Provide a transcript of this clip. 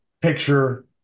picture